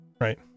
Right